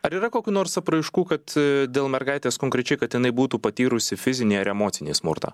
ar yra kokių nors apraiškų kad dėl mergaitės konkrečiai kad jinai būtų patyrusi fizinį ar emocinį smurtą